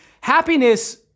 Happiness